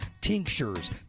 tinctures